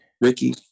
Ricky